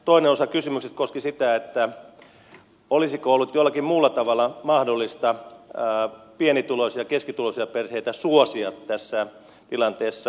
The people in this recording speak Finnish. toinen osa kysymyksestä koski sitä olisiko ollut jollakin muulla tavalla mahdollista pienituloisia ja keskituloisia perheitä suosia tässä tilanteessa